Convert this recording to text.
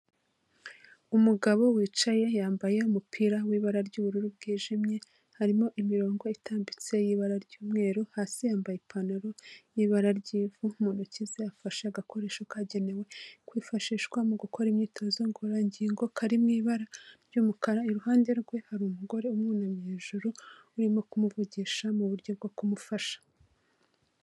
Umugabo wicaye yambaye umupira w'ibara ry'ubururu bwijimye, harimo imirongo itambitse y'ibara ry'umweru, hasi yambaye ipantaro y'ibara ry'ivu, mu ntoki ze afashe agakoresho kagenewe kwifashishwa mu gukora imyitozo ngororangingo, kari mu ibara ry'umukara, iruhande rwe hari umugore umwunamye hejuru urimo kumuvugisha mu buryo bwo kumufasha.